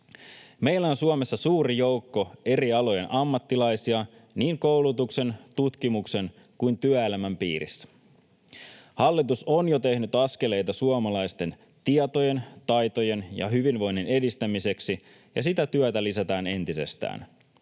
Meillä on Suomessa suuri joukko eri alojen ammattilaisia niin koulutuksen, tutkimuksen kuin työelämän piirissä. Hallitus on jo tehnyt askeleita suomalaisten tietojen, taitojen ja hyvinvoinnin edistämiseksi, ja sitä työtä lisätään entisestään.